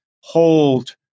hold